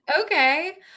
Okay